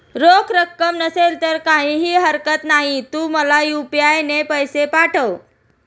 रोख रक्कम नसेल तर काहीही हरकत नाही, तू मला यू.पी.आय ने पैसे पाठव